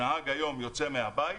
שנהג היום יוצא מהבית,